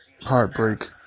heartbreak